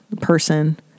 person